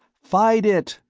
fight it!